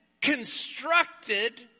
constructed